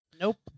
Nope